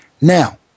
Now